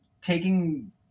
taking